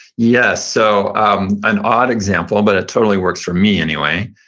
yes. so um an odd example, but it totally works for me anyway,